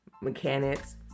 mechanics